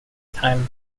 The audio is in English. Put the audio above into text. time